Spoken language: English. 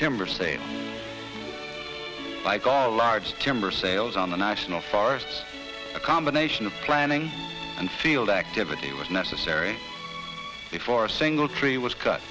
timber say by call large timber sales on the national forest a combination of planning and field activity was necessary before a single tree was cut